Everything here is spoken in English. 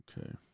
Okay